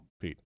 Pete